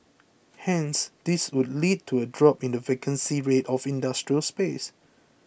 hence this would lead to a drop in the vacancy rate of industrial space